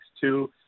Two